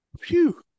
Phew